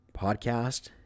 podcast